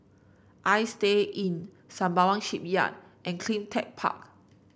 Istay Inn Sembawang Shipyard and CleanTech Park